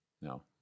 No